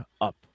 up